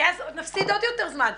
כך נפסיד עוד יותר זמן.